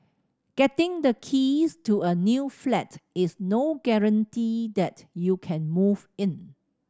getting the keys to a new flat is no guarantee that you can move in